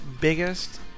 biggest